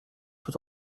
tout